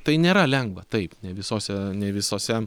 tai nėra lengva taip ne visose ne visose